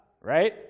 right